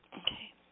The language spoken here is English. Okay